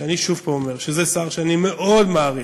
שאני שוב אומר שהוא שר שאני מאוד מעריך,